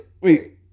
Wait